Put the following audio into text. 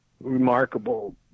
remarkable